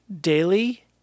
daily